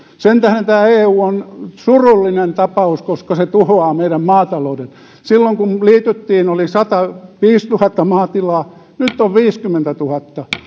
sen tähden tämä eu on surullinen tapaus koska se tuhoaa meidän maatalouden silloin kun liityttiin oli sataviisituhatta maatilaa nyt on viisikymmentätuhatta